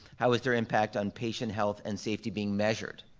how is their impact on patient health and safety being measured?